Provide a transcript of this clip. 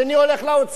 שני הולך לאוצר,